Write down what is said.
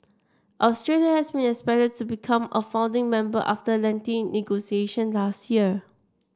Australia has been expected to become a founding member after lengthy negotiation last year